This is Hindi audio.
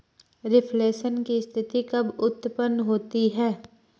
रिफ्लेशन की स्थिति कब उत्पन्न होती है?